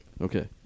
Okay